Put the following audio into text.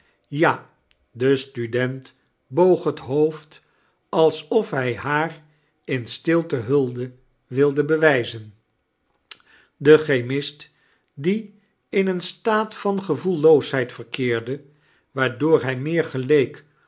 ja de student boog het hoofd alsof hij haar in stilte hulde wilde bewijzen de chemist die in een staat van gevoelloosheid verkeerde waardooc hij meer geleek